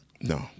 No